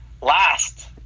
last